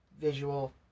visual